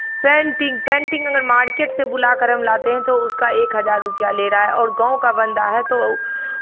painting painting अगर market से बुला कर हम लाते हैं तो उसका एक हज़ार रुपैया ले रहा है और गांव का बंदा है तो वो